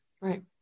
Right